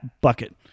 bucket